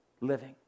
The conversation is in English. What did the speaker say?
living